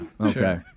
okay